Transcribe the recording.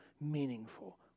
meaningful